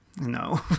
No